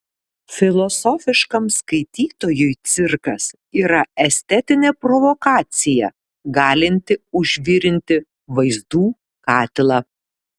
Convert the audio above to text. filosofiškam skaitytojui cirkas yra estetinė provokacija galinti užvirinti vaizdų katilą